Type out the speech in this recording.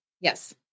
Yes